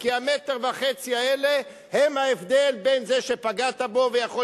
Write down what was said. כי 1.5 המטר האלה הם ההבדל בין זה שפגעת בו ויכול